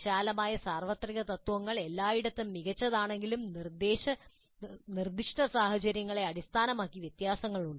വിശാലമായ സാർവത്രിക തത്ത്വങ്ങൾ എല്ലായിടത്തും മികച്ചതാണെങ്കിലും നിർദ്ദിഷ്ട സാഹചര്യങ്ങളെ അടിസ്ഥാനമാക്കി വ്യത്യാസങ്ങളുണ്ട്